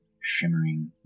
shimmering